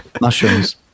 Mushrooms